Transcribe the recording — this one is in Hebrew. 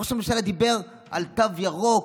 ראש הממשלה דיבר על תו ירוק,